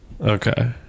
Okay